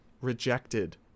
rejected